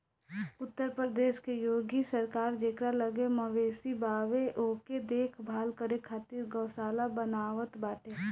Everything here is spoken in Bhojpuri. उत्तर प्रदेश के योगी सरकार जेकरा लगे मवेशी बावे ओके देख भाल करे खातिर गौशाला बनवावत बाटे